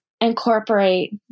incorporate